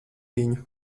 viņu